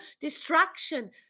destruction